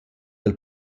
dal